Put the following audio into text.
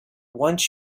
want